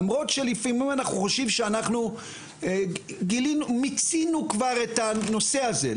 למרות שלפעמים אנחנו חושבים שאנחנו מיצינו כבר את הנושא הזה.